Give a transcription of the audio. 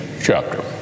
chapter